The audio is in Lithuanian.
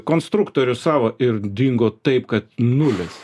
konstruktorius savo ir dingo taip kad nulis